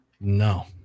No